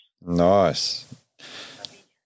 Nice